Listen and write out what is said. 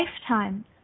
lifetimes